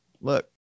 Look